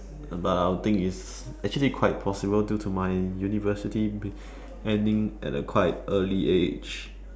but I would think is actually quite possible due to my university be ending at a quite early age